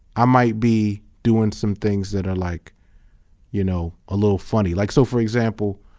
i might be doing some things that are like you know a little funny. like, so for example,